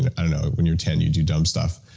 and i don't know, when you're ten you do dumb stuff.